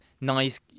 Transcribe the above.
nice